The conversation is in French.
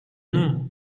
non